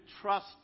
trust